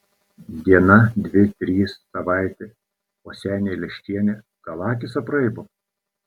diena dvi trys savaitė o senė leščienė gal akys apraibo